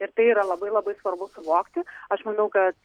ir tai yra labai labai svarbu suvokti aš manau kad